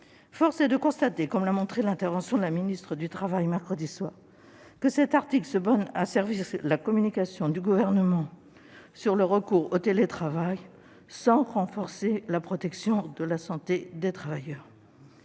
Force est de constater, comme l'a montré l'intervention de la ministre du travail mercredi soir, que cet article se borne à servir la communication du Gouvernement sur le recours au télétravail, sans renforcer la protection de la santé des travailleurs.